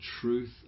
truth